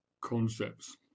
concepts